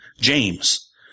James